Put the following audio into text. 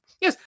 yes